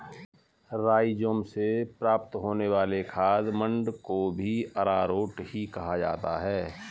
rhizome से प्राप्त होने वाले खाद्य मंड को भी अरारोट ही कहा जाता है